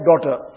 daughter